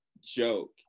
joke